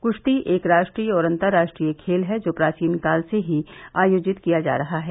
कुश्ती एक राष्ट्रीय और अन्तराष्ट्रीय खेल है जो प्राचीनकाल से ही आयोजित किया जा रहा है